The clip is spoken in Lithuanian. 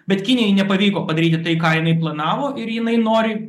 bet kinijai nepavyko padaryti tai ką jinai planavo ir jinai nori